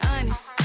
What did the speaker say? honest